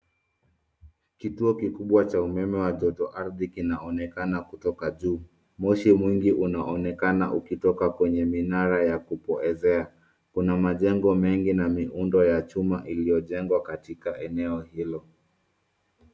Kituo kikubwa cha umeme wa joto ardhi kinaonekana kutoka juu. Moshi mwingi unaonekana ukitoka kwenye minara ya kupoezea. Kuna majengo mengi na miundo ya chuma iliyojengwa katika eneo hilo.